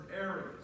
areas